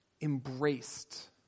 embraced